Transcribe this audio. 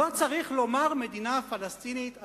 לא צריך לומר מדינה פלסטינית עצמאית,